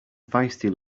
feisty